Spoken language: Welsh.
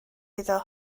iddo